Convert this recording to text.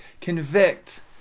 convict